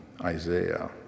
Isaiah